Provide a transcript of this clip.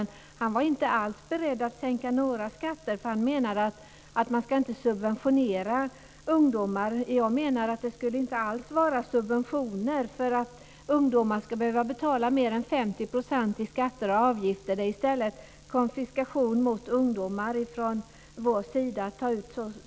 Han var inte alls beredd att sänka några skatter, för han menade att man inte ska subventionera vad gäller ungdomar. Jag menar att det inte alls skulle vara fråga om subventioner. Att ungdomar ska behöva betala mer än 50 % i skatter och avgifter är i stället konfiskation mot ungdomar från vår sida.